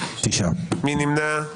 מי נמנע?